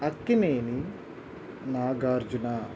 Akkineni Nagarjuna